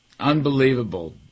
Unbelievable